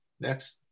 Next